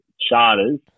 Charters